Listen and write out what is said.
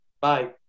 Bye